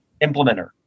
implementer